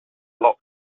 lot